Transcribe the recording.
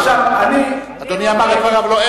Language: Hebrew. אדוני אמר את דבריו.